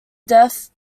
death